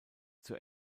zur